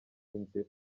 inzira